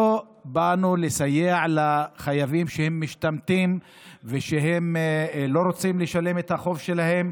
לא באנו לסייע לחייבים שמשתמטים ושהם לא רוצים לשלם את החוב שלהם,